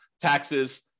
taxes